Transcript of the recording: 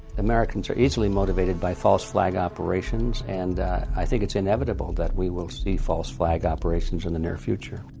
americans are easily motivated by false flag operations, and i think. it's inevitable that we will see false flag operations in the near future.